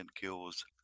kills